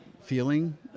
feeling